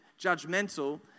judgmental